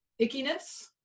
ickiness